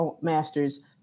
masters